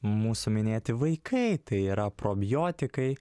mūsų minėti vaikai tai yra probiotikai